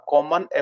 Common